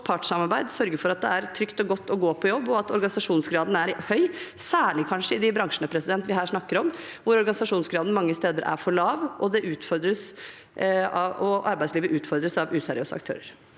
partssamarbeid, sørge for at det er trygt og godt å gå på jobb, og at organisasjonsgraden er høy, kanskje særlig i de bransjene vi her snakker om, hvor organisasjonsgraden mange steder er for lav, og arbeidslivet utfordres av useriøse aktører.